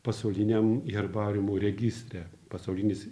pasauliniam herbariumų registre pasaulinis